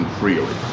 freely